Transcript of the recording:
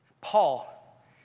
Paul